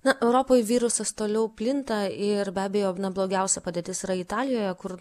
na europoj virusas toliau plinta ir be abejo na blogiausia padėtis yra italijoje kur